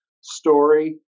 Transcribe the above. story